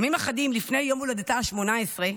ימים אחדים לפני יום הולדתה ה-18,